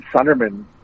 Sunderman